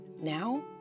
Now